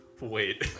Wait